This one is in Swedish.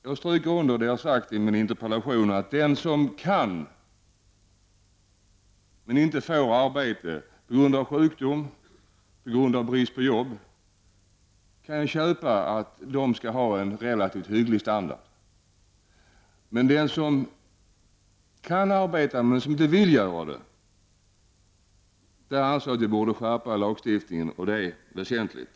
Jag understryker det jag har sagt i min interpellation att den som kan men inte får arbeta, på grund av sjukdom, brist på arbete, skall ha en relativt hygglig standard. Men då det gäller den som kan arbeta men inte vill göra det borde lagstiftningen skärpas. Det är väsentligt.